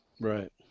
Right